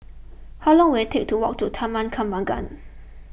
how long will take to walk to Taman Kembangan